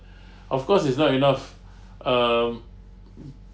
of course it's not enough um